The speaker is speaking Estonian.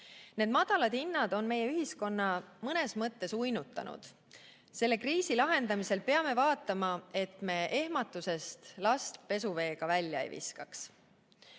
Need madalad hinnad on meie ühiskonna mõnes mõttes uinutanud. Selle kriisi lahendamisel peame vaatama, et me ehmatusest last pesuveega välja ei viskaks.